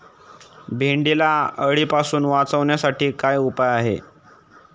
भेंडीला अळीपासून वाचवण्यासाठी काय उपाय आहे?